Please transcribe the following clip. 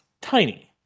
tiny